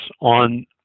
on